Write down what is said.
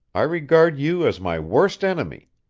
i regard you as my worst enemy,